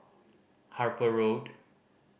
Harper Road